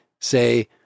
say